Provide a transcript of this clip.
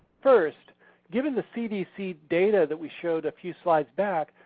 first given the cdc data that we showed a few slides back,